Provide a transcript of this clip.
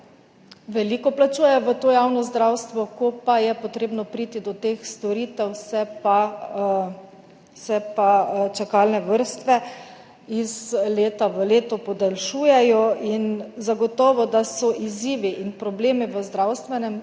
veliko plačujejo v to javno zdravstvo. Ko je potrebno priti do teh storitev, se pa čakalne vrste iz leta v leto podaljšujejo. Zagotovo, da so izzivi in problemi v zdravstvenem